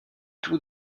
tout